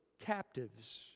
captives